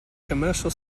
commercial